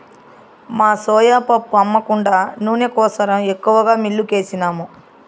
మా సోయా పప్పు అమ్మ కుండా నూనె కోసరం ఎక్కువగా మిల్లుకేసినాము